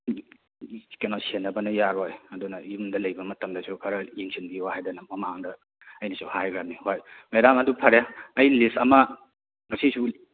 ꯀꯩꯅꯣ ꯁꯦꯟꯅꯕꯅ ꯌꯥꯔꯣꯏ ꯑꯗꯨꯅ ꯌꯨꯝꯗ ꯂꯩꯕ ꯃꯇꯝꯗꯁꯨ ꯈꯔ ꯌꯦꯡꯁꯤꯟꯕꯤꯌꯨ ꯍꯥꯏꯗꯅ ꯃꯃꯥꯡꯗ ꯑꯩꯅꯁꯨ ꯍꯥꯏꯈ꯭ꯔꯕꯅꯤ ꯍꯣꯏ ꯃꯦꯗꯥꯝ ꯑꯗꯨ ꯐꯔꯦ ꯑꯩ ꯂꯤꯁ ꯑꯃ ꯉꯁꯤꯁꯨ